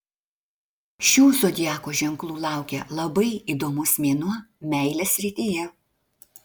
šių zodiako ženklų laukia labai įdomus mėnuo meilės srityje